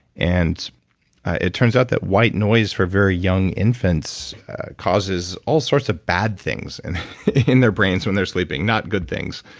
and it turns out that white noise for very young infants causes all sorts of bad things and in their brains when they're sleeping, not good things.